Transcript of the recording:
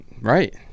Right